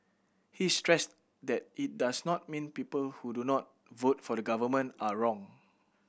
he stressed that it does not mean people who do not vote for the Government are wrong